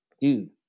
dude